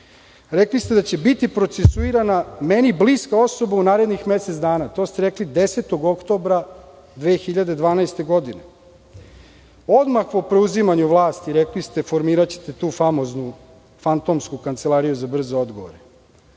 Rekli ste da će biti procesuirana meni bliska osoba u narednih mesec dana. To ste rekli 10. oktobra 2012. godine. Odmah po preuzimanju vlasti ste rekli da ćete formirati tu fantomsku kancelariju za brze odgovore.